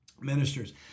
ministers